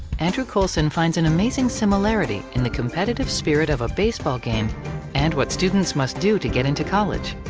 andrew coulson finds an amazing similarity in the competitive spirit of a baseball game and what students must do to get into college.